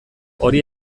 hori